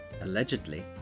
allegedly